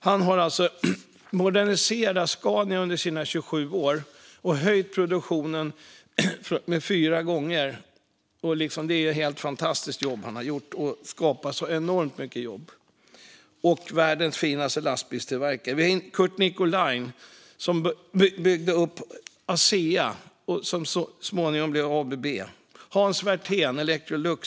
Han har alltså moderniserat Scania under sina 27 år och höjt produktionen fyra gånger. Det är ett helt fantastiskt jobb, och han har skapat enormt många jobb. Scania är världens finaste lastbilstillverkare. Curt Nicolin byggde upp Asea, som så småningom blev ABB. Sedan var det Hans Werthén i Electrolux.